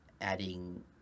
adding